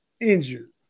injured